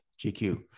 GQ